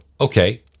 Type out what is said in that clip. okay